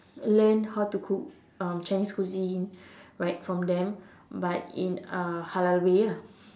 learn how to cook um Chinese cuisine right from them but in a halal way lah